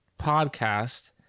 podcast